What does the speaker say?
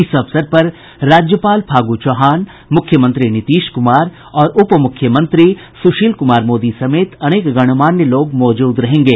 इस अवसर पर राज्यपाल फागू चौहान मुख्यमंत्री नीतीश कुमार और उप मुख्यमंत्री सुशील कुमार मोदी समेत अनेक गणमान्य लोग मौजूद रहेंगे